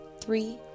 three